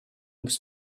was